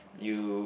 you